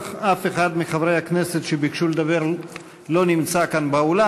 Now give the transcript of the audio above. אך אף אחד מחברי הכנסת שביקשו לדבר לא נמצא כאן באולם.